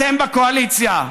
אתם בקואליציה,